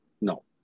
No